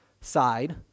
side